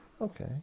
Okay